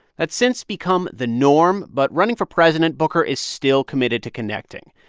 that's since become the norm, but running for president, booker is still committed to connecting.